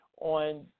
On